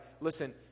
listen